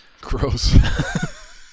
Gross